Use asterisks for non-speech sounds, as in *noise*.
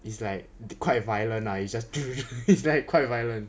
it's like quite violent ah it's just *noise* *laughs* it's quite violent